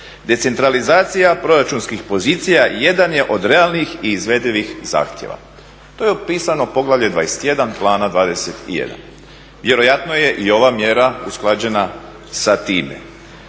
Decentralizacija proračunskih pozicija jedan je od realnih i izvedivih zahtjeva. To je opisano poglavlje XXI. Plana 21. Vjerojatno je i ova mjera usklađena sa time,